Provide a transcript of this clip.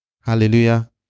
hallelujah